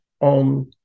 on